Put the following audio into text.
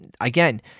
again